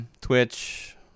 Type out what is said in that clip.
Twitch